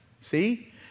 See